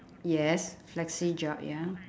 yes flexi job ya